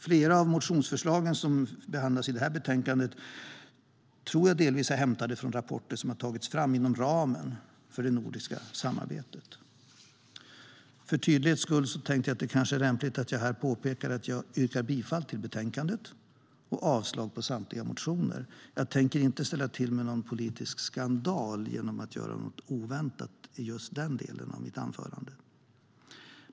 Flera av de motionsförslag som behandlas i det här betänkandet tror jag delvis är hämtade från rapporter som har tagits fram inom ramen för det nordiska samarbetet. För tydlighetens skull är det kanske lämpligt att jag här påpekar att jag yrkar bifall till utskottets förslag i betänkandet och avslag på samtliga motioner. Jag tänker inte ställa till med någon politisk skandal genom att göra något oväntat i just den delen av mitt anförande.